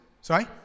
Sorry